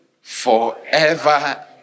forever